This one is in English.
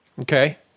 Okay